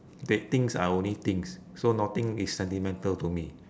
the things are only things so nothing is sentimental to me